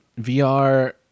VR